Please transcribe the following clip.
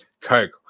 coke